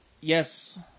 Yes